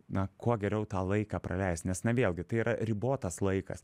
na kuo geriau tą laiką praleist nes na vėlgi tai yra ribotas laikas